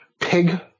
pig